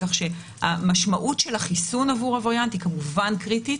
כך שהמשמעות של החיסון עבור הווריאנט היא כמובן קריטית,